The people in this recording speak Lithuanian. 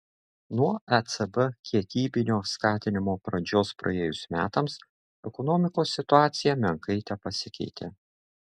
nuo ecb kiekybinio skatinimo pradžios praėjus metams ekonomikos situacija menkai tepasikeitė